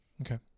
Okay